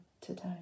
today